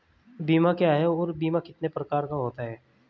बीमा क्या है और बीमा कितने प्रकार का होता है?